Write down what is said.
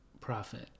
profit